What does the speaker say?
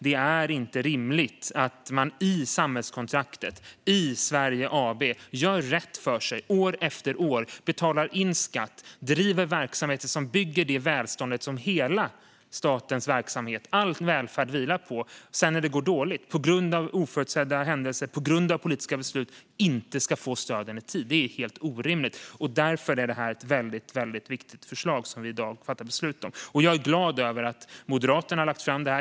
Det är inte rimligt att man i samhällskontraktet, i Sverige AB, år efter år gör rätt för sig, betalar in skatt och driver verksamheter som bygger det välstånd som hela statens verksamhet och all välfärd vilar på och sedan inte får stöd i tid när det går dåligt på grund av oförutsedda händelser och på grund av politiska beslut. Det är helt orimligt. Därför är det ett väldigt viktigt förslag som vi i dag fattar beslut om. Jag är glad över att Moderaterna har lagt fram det.